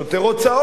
יש יותר הוצאות,